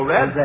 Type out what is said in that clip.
Red